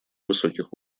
высоких